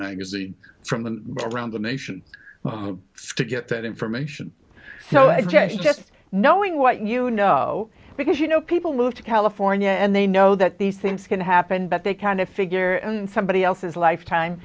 magazine from the around the nation to get that information so i guess just knowing what you know because you know people look to california and they know that these things can happen but they can to figure somebody else's life time